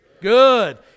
good